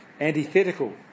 antithetical